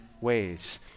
ways